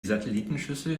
satellitenschüssel